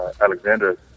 Alexander